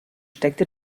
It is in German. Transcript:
steckte